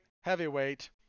heavyweight